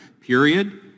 period